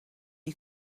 you